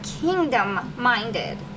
kingdom-minded